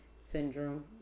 syndrome